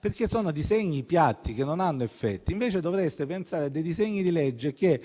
perché sono disegni piatti che non producono effetti. Invece dovreste pensare a disegni di legge che